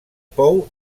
pou